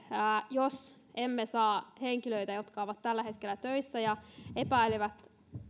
jos emme saa niiden henkilöiden osalta jotka ovat tällä hetkellä töissä ja epäilevät